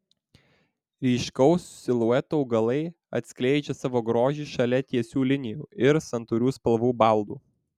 ryškaus silueto augalai atskleidžia savo grožį šalia tiesių linijų ir santūrių spalvų baldų